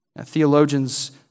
Theologians